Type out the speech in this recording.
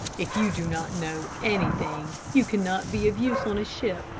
if you do not know anything you cannot be of use on a ship,